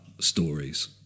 stories